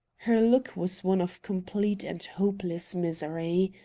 her look was one of complete and hopeless misery.